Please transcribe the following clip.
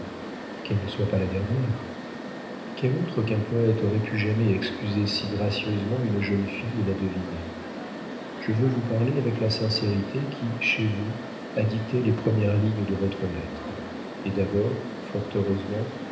qu'elle ne soit pas la dernière quel autre qu'un poëte aurait pu jamais excuser si gracieusement une jeune fille et la deviner je veux vous parler avec la sincérité qui chez vous a dicté les premières lignes de votre lettre et d'abord fort heureusement